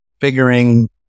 figuring